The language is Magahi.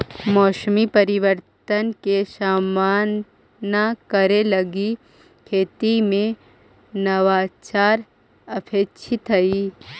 मौसमी परिवर्तन के सामना करे लगी खेती में नवाचार अपेक्षित हई